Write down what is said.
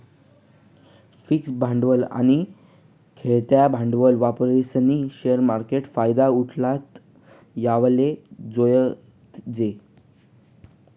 fix भांडवल आनी खेयतं भांडवल वापरीस्नी शेअर मार्केटना फायदा उठाडता येवाले जोयजे